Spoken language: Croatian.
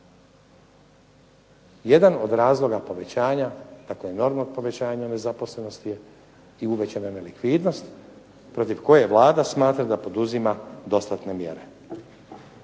Jedan od razloga povećanja, tako enormnog povećanja nezaposlenosti je uvećana nelikvidnost protiv koje Vlada smatra da poduzima dostatne mjere.